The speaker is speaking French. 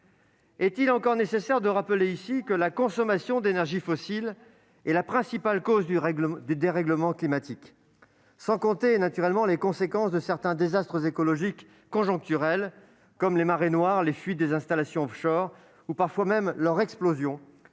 Est-il encore nécessaire de rappeler ici que la consommation d'énergies fossiles est la principale cause des dérèglements climatiques, sans compter les conséquences de certains désastres écologiques conjoncturels comme les marées noires, les fuites des installations offshore ou parfois même leur explosion ?